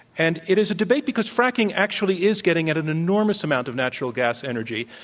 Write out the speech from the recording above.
and it is a debate because fracking actually is getting at an enormous amount of natural gas energy